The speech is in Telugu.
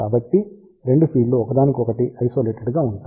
కాబట్టి రెండు ఫీడ్లు ఒకదానికొకటి ఐసోలేటెడ్ గా ఉంటాయి